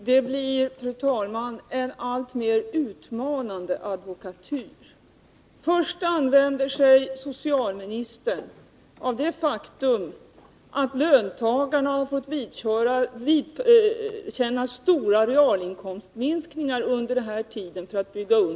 Fru talman! Det blir en alltmer utmanande advokatyr. Först använder sig socialministern för att bygga under sitt resonemang av det faktum att löntagarna har fått vidkännas stora realinkomstminskningar under den här tiden.